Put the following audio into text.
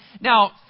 now